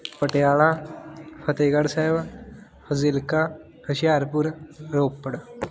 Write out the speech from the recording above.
Patiala Fatehgarh Sahib Fazilka Hoshiarpur Ropar